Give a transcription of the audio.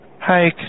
Hi